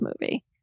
movie